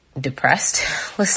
depressed